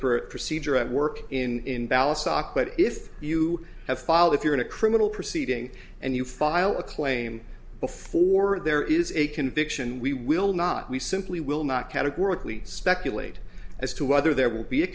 per procedure at work in dallas stock but if you have filed if you're in a criminal proceeding and you file a claim before there is a conviction we will not we simply will not categorically speculate as to whether there will be a